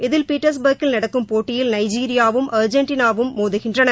இதில் பீட்டர்ஸ்பர்க்கில் நடக்கும் போட்டியில் நைஜீரியாவும் அர்ஜென்டினாவும் மோதுகின்றன